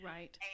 Right